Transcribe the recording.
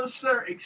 sir